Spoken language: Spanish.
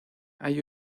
hay